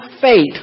fate